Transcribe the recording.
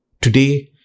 Today